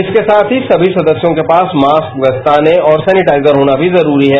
इसके साथ ही सभी सदस्यों के पास मास्क दस्ताने और सैनिटाइजर होना भी जरूरी है